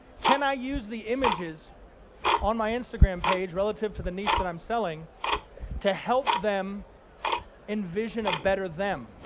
can i use the images on my instagram page relative to the niche that i'm selling to help them envision a better them?